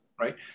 right